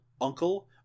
uncle